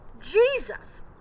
Jesus